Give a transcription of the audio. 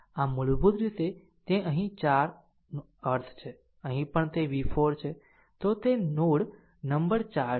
આમ મૂળભૂત રીતે તે અહીં 4 અર્થ છે અહીં પણ તે v4 છે જો તે નોડ નંબર 4 છે એટલે કે આ પણ 4 છે